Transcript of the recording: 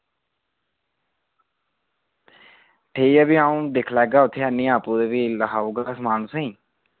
ठीक ऐ फ्ही अ'ऊं दिक्ख लैगा उत्थे आह्नियै आप्पू ते फ्ही लखाऊगा समान तुसें ई